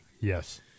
Yes